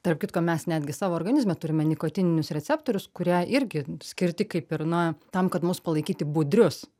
tarp kitko mes netgi savo organizme turime nikotininius receptorius kurie irgi skirti kaip ir na tam kad mus palaikyti budrius